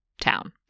town